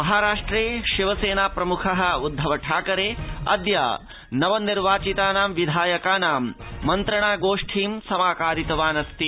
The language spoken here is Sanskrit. महाराष्ट्रे शिवसेनाध्यक्षः उद्धव ठाकरे अद्य नवनिर्वाचितानां विधायकानां मन्त्रणागोष्ठीं समाकारितवान् अस्ति